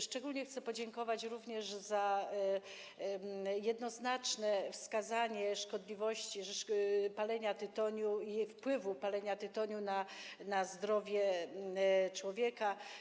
Szczególnie chcę podziękować za jednoznaczne wskazanie szkodliwości palenia tytoniu i wpływu palenia tytoniu na zdrowie człowieka.